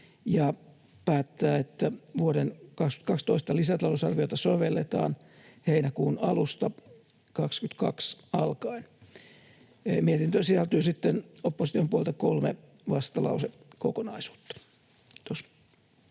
ja päättää, että vuoden 22 toista lisäta-lousarviota sovelletaan heinäkuun 22 alusta alkaen. Mietintöön sisältyy sitten opposition puolelta kolme vastalausekokonaisuutta. — Kiitos.